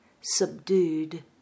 subdued